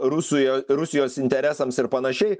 rusui rusijos interesams ir panašiai